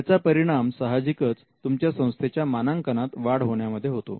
याचा परिणाम सहाजिकच तुमच्या संस्थेच्या मानांकनात वाढ होण्यामध्ये होतो